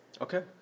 Okay